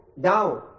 down